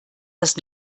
das